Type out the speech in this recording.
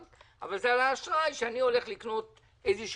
אבל זה על האשראי כשאני הולך לקנות מוצר,